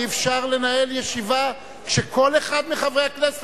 אי-אפשר לנהל ישיבה כשכל אחד מחברי הכנסת,